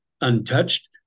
untouched